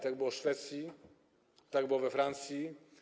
Tak było w Szwecji, tak było we Francji.